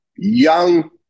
young